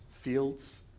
fields